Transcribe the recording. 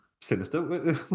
sinister